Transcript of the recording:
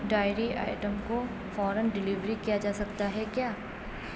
diary item کو فورا delivery کیا جا سکتا ہے کیا